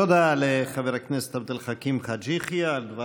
בהצלחה ותהיה בריא.) תודה לחבר הכנסת עבד אל חכים חאג' יחיא על דבריו.